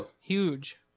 Huge